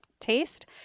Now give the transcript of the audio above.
taste